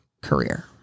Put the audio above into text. career